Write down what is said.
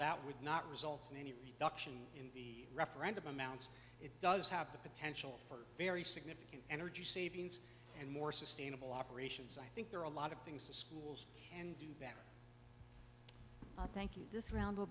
that would not result in any reduction in the referendum amounts it does have the potential for very significant energy savings and more sustainable operations i think there are a lot of things to schools thank you this round w